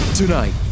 Tonight